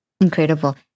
Incredible